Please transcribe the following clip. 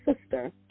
sister